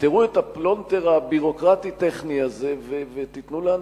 תפתרו את הפלונטר הביורוקרטי-טכני הזה ותיתנו במהירות